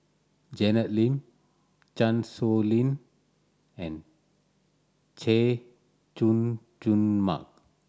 Janet Lim Chan Sow Lin and Chay Jung Jun Mark